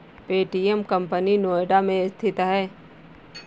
Paytm company Noida में स्थित है